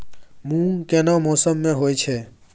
मूंग केना मौसम में होय छै?